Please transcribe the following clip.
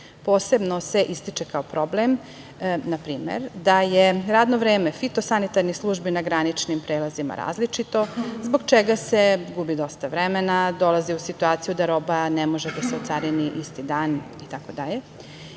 Posebno se ističe kao problem, na primer, da je vreme fitosanitarnih službi na graničnim prelazima različito zbog čega se gubi dosta vremena, dolazi u situaciju da roba ne može da se ocarini isti dan itd.